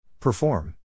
Perform